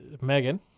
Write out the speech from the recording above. megan